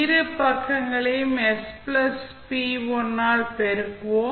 இரு பக்கங்களையும் s plus p1 ஆல் பெருக்குவோம்